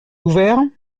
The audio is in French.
ouverts